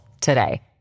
today